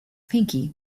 pinky